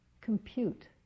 compute